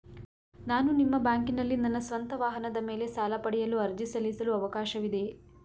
ನಾನು ನಿಮ್ಮ ಬ್ಯಾಂಕಿನಲ್ಲಿ ನನ್ನ ಸ್ವಂತ ವಾಹನದ ಮೇಲೆ ಸಾಲ ಪಡೆಯಲು ಅರ್ಜಿ ಸಲ್ಲಿಸಲು ಅವಕಾಶವಿದೆಯೇ?